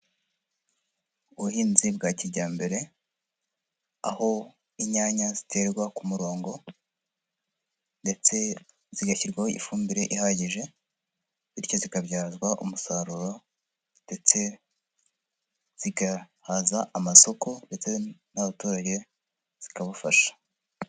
Ubuhinzi bwa kijyambere, aho inyanya ziterwa ku murongo, ndetse zigashyirwaho ifumbire ihagije, bityo zikabyazwa umusaruro, ndetse zigahaza amasoko, ndetse n'abaturage zikabafasha.